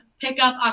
pickup